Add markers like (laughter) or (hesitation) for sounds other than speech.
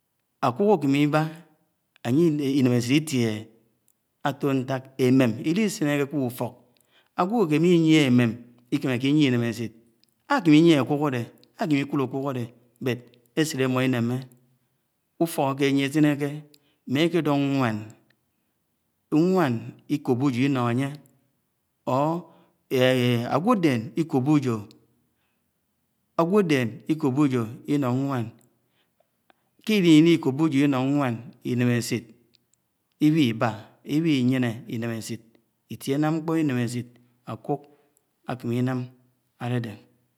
. Ákuk àkene iba ìnemech́it ìtieh, kè ńtak èmem àlisinekè kè ufok, áwgo̱ òke m̄iyie, ēmem íkemèké inie ìneḿechit àkeḿ ìyie àkuk àde àkeme íkud àkuk àde, èsit àmo̱ íneme ufoké akè àke̱ anye̱ àsinèkè ḿmekè do̱ nwan nwan iko̱b́o̱ ujo̱ íno̱ ánye, agwo̱deṉ (hesitation) iko̱bo̱ ujo̱ ińo̱ ńiwaṉ ḱe ìm̄iko̱bo̱ uj́o̱ in̄o̱ ńwan, ińemećhiṯ iwiba̱, íwiyene inemechit, ìtie ànam ńkpo̱ in̄emechit akuk àkemè in̄am̱ àde̱de̱